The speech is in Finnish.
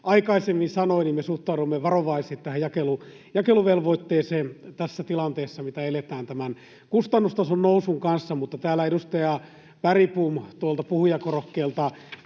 aikaisemmin sanoi, me suhtaudumme varovaisesti tähän jakeluvelvoitteeseen tässä tilanteessa, mitä eletään tämän kustannustason nousun kanssa. Täällä edustaja Bergbom tuolta puhujakorokkeelta